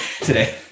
today